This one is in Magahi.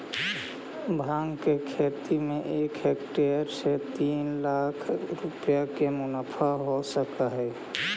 भाँग के खेती में एक हेक्टेयर से तीन लाख रुपया के मुनाफा हो सकऽ हइ